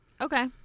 Okay